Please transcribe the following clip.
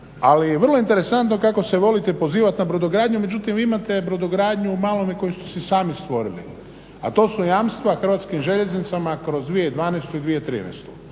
Ali je vrlo interesantno kako se volite pozivat na brodogradnju, međutim vi imate brodogradnju u malome koju ste si sami stvorili, a to su jamstva Hrvatskim željeznicama kroz 2012. i 2013.